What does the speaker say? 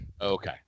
Okay